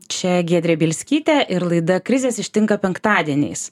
čia giedrė bielskytė ir laida krizės ištinka penktadieniais